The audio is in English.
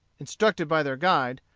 instructed by their guide,